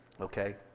Okay